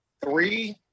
three